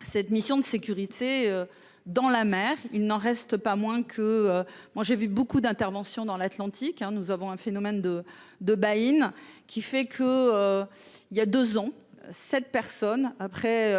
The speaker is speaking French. cette mission de sécurité dans la mer, il n'en reste pas moins que moi, j'ai vu beaucoup d'interventions dans l'Atlantique, nous avons un phénomène de de baïnes, qui fait que, il y a 2 ans, cette personne après